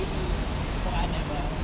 oh I never